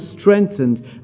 strengthened